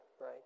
right